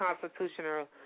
constitutional